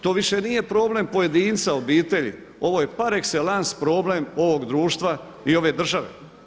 To više nije problem pojedinca obitelji, ovo je par excellence problem ovog društva i ove države.